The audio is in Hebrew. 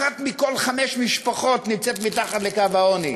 אחת מכל חמש משפחות נמצאת מתחת לקו העוני.